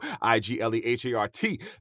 I-G-L-E-H-A-R-T